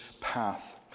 path